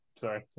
Sorry